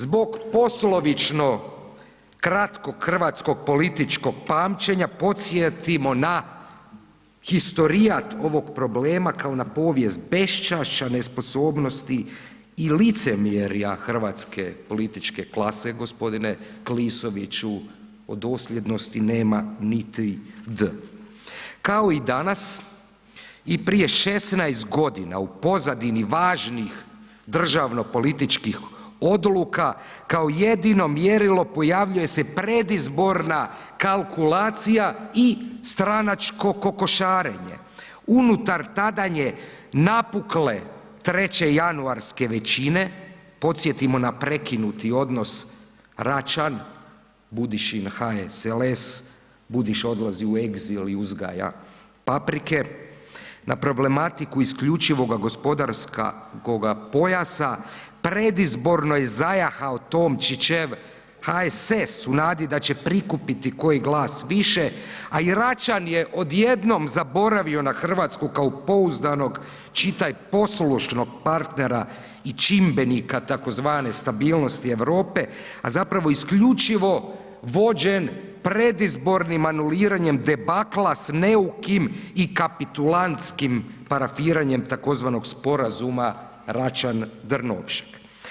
Zbog poslovično kratkog hrvatskog političkog pamćenja podsjetimo na historijat ovog problema kao na povijest beščašća, nesposobnosti i licemjerja hrvatske političke klase g. Klisoviću, o dosljednosti nema niti D. Kao i danas i prije 16.g. u pozadini važnih državno političkih odluka kao jedino mjerilo pojavljuje se predizborna kalkulacija i stranačko kokošarenje unutar tadanje napukle treće januarske većine, podsjetimo na prekinuti odnos Račan, Budišin HSLS, Budiša odlazi u egzil i uzgaja paprike, na problematiku isključivoga gospodarskoga pojasa, predizborno je zajahao Tomčićev HSS u nadi da će prikupiti koji glas više, a i Račan je odjednom zaboravio na RH kao pouzdanog, čitaj, poslušnog partnera i čimbenika tzv. stabilnosti Europe, a zapravo isključivo vođen predizbornim anuliranjem debakla s neukim i kapitulantskim parafiranjem tzv. sporazuma Račan-Drnovšek.